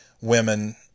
Women